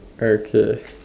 okay